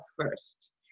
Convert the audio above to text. first